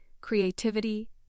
creativity